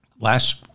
Last